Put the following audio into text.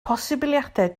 posibiliadau